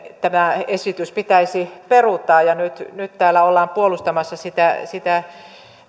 tämä esitys pitäisi peruuttaa ja nyt nyt täällä ollaan puolustamassa sitä sitä